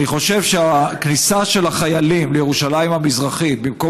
אני חושב שהכניסה של החיילים לירושלים המזרחית במקום